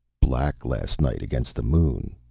black last night against the moon,